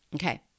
okay